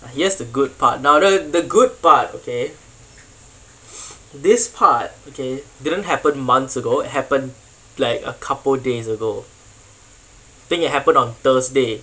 here's the good part now don't the good part okay this part okay didn't happen months ago it happened like a couple days ago think it happened on thursday